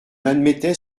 admettait